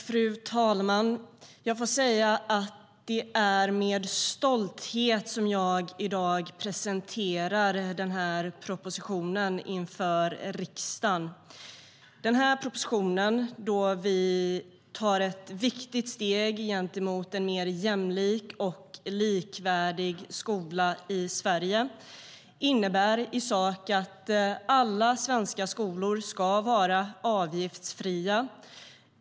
Fru talman! Det är med stolthet som jag i dag presenterar denna proposition inför riksdagen. Denna proposition, där vi tar ett viktigt steg mot en mer jämlik och likvärdig skola i Sverige, innebär i sak att alla svenska skolor ska vara avgiftsfria.